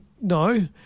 no